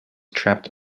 trapped